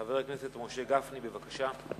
חבר הכנסת משה גפני, בבקשה.